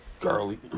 girly